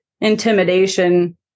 intimidation